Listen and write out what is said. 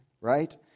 right